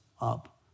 up